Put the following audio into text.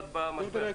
במשבר.